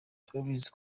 turabizi